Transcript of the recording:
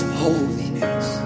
holiness